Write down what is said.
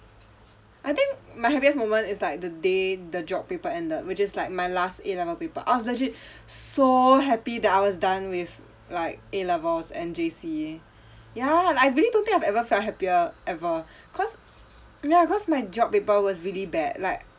I think my happiest moment is like the day the geog paper ended which is like my last A level paper I was legit so happy that I was done with like A levels and J_C ya I really don't think I have ever felt happier ever cause ya cause my geog paper was really bad like